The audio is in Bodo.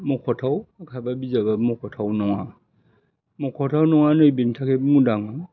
मख'थाव खायफा बिजाबा मख'थावना नङा मख'थाव नङा नै बेनि थाखाय बुंदां